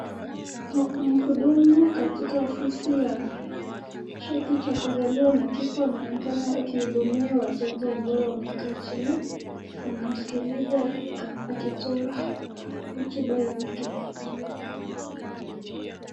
Mhudumu katika ofisi ya cheti cha kuzaliwa na kifo anaonekana akihudumia wateja ambao wamekaa chini wanamsikiliza akitoa hotuba yake.